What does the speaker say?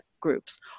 groups